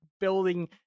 building